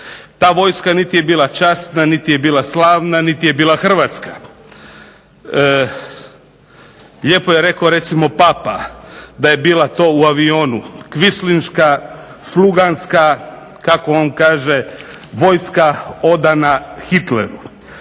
Ta vojska niti je bila časna, niti je bila slavna, niti je bila Hrvatska. Lijepo je rekao papa da je to bila ... sluganska, kako on kaže vojska odana Hitleru.